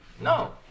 No